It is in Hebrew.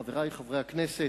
חברי חברי הכנסת,